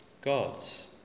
God's